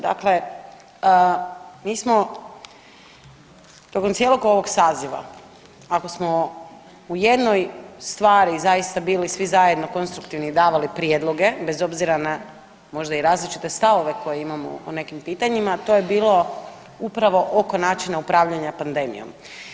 Dakle, mi smo tokom cijelog ovog saziva, ako smo u jednoj stvari zaista bili svi zajedno konstruktivni i davali prijedloge, bez obzira na, možda i različite stavove koje imamo o nekim pitanjima, to je bilo upravo oko načina upravljanja pandemijom.